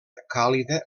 càlida